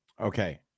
Okay